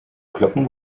kloppen